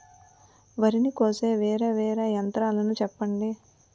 వరి ని కోసే వేరా వేరా యంత్రాలు చెప్పండి?